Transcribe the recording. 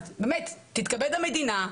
אז תתכבד המדינה,